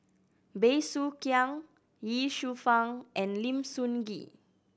Bey Soo Khiang Ye Shufang and Lim Sun Gee